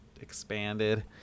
expanded